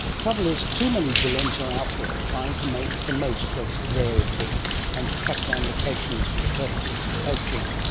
trouble is, too many villains are out there, trying to make the most of rarity and to track down locations for the purposes of poaching.